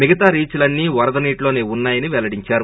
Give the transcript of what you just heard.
మిగతా రీచ్లన్నీ వరదనీటిలోనే ఉన్నాయని వెల్లడించారు